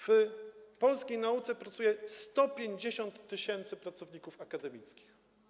W polskiej nauce pracuje 150 tys. pracowników akademickich.